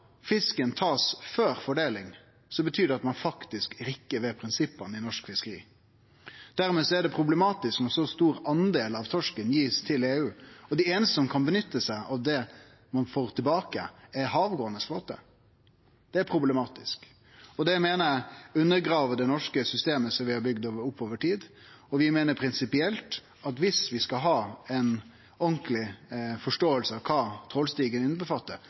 fisken blir tatt før fordeling, betyr det at ein faktisk rokkar ved prinsippa i norsk fiskeri. Det er problematisk når ein så stor del av torsken blir gitt til EU, og dei einaste som kan nytte seg av det ein får tilbake, er den havgåande flåten. Det er problematisk, og det meiner eg undergrev det norske systemet vi har bygd opp over tid. Vi meiner prinsipielt at om vi skal ha ei ordentleg forståing av kva trålstigen omfattar, må det sjølvsagt omfatte heile den norske totalkvoten på torsk. Ein